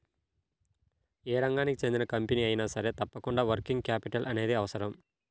యే రంగానికి చెందిన కంపెనీ అయినా సరే తప్పకుండా వర్కింగ్ క్యాపిటల్ అనేది అవసరం